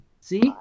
See